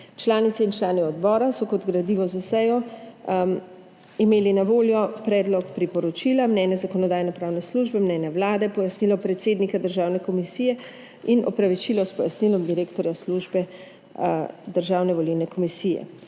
Članice in člani odbora so kot gradivo za sejo imeli na voljo predlog priporočila, mnenje Zakonodajno-pravne službe, mnenje Vlade, pojasnilo predsednika Državne volilne komisije in opravičilo s pojasnilom direktorja službe Državne volilne komisije.